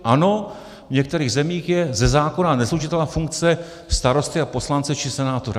Ano, v některých zemích je ze zákona neslučitelná funkce starosty a poslance či senátora.